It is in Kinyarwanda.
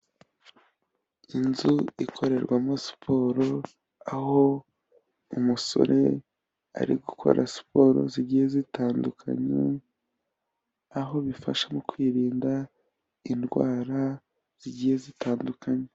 Inzu ikorerwamo siporo, aho umusore ari gukora siporo zigiye zitandukanya, aho bifasha mu kwirinda indwara zigiye zitandukanye.